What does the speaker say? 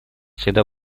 всегда